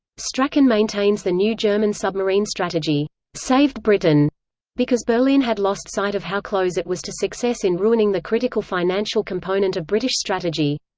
strachan maintains the new german submarine strategy saved britain because berlin had lost sight of how close it was to success in ruining the critical financial component of british strategy.